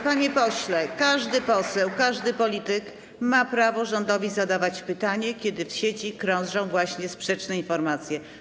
Panie pośle, każdy poseł, każdy polityk ma prawo zadawać rządowi pytanie, kiedy w sieci krążą właśnie sprzeczne informacje.